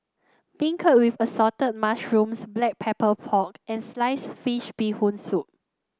beancurd with Assorted Mushrooms Black Pepper Pork and Sliced Fish Bee Hoon Soup